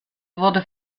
wurde